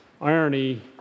irony